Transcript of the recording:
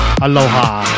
aloha